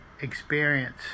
experience